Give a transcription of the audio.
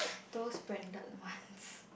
those branded ones